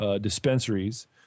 dispensaries